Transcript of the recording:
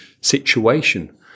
situation